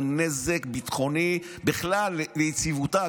זה נזק ביטחוני בכלל ליציבותה.